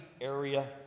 area